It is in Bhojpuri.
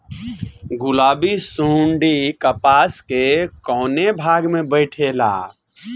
गुलाबी सुंडी कपास के कौने भाग में बैठे ला?